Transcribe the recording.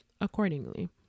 accordingly